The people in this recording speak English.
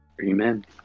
Amen